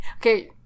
Okay